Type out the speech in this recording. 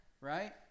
right